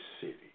city